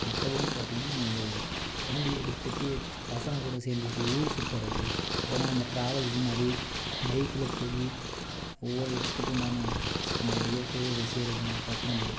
மற்றபடி பார்த்திங்கனா இவங்க வந்து வண்டி எடுத்துகிட்டு பசங்கள் கூட சேர்ந்துட்டு ஊர் சுத்துவது இல்லைனா இந்த ட்ராவல் மாதிரி பைக்கில் போய் ஒவ்வொரு இடத்துக்கு உண்டான அந்த இயற்கையை நல்லா பார்த்து